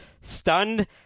stunned